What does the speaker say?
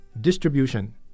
distribution